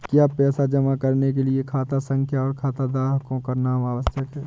क्या पैसा जमा करने के लिए खाता संख्या और खाताधारकों का नाम आवश्यक है?